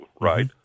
Right